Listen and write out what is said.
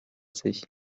sich